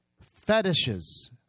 Fetishes